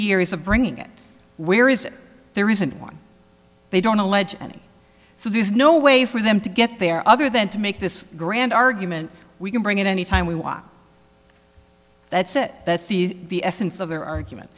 years of bringing it where is there isn't one they don't allege any so there's no way for them to get there other than to make this grand argument we can bring in anytime we want that's it that's the essence of their argument